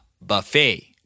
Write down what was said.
buffet